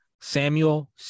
samuel